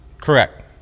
Correct